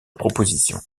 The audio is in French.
proposition